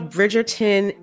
Bridgerton